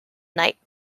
night